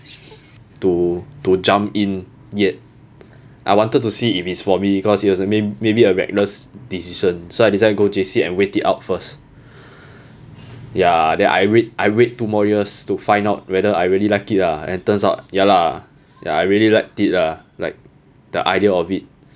to to jump in yet I wanted to see if it's for me because it has a main maybe a reckless decision so i decided to go J_C and wait it out first ya then I wait I wait two more years to find out whether I really like it ah and turns out ya lah ya I really liked it lah like the idea of it